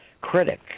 critic